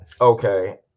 Okay